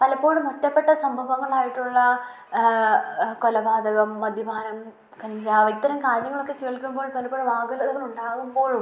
പലപ്പോഴും ഒറ്റപ്പെട്ട സംഭവങ്ങളായിട്ടുള്ള കൊലപാതകം മദ്യപാനം കഞ്ചാവ് ഇത്തരം കാര്യങ്ങളൊക്കെ കേൾക്കുമ്പോൾ പലപ്പോഴും വ്യാകുലതകളുണ്ടാകുമ്പോഴും